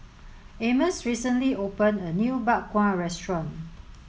Amos recently open a new Bak Kwa restaurant